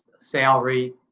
salary